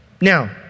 Now